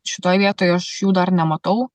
šitoj vietoj aš jų dar nematau